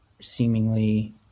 seemingly